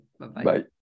Bye-bye